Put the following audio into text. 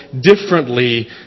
differently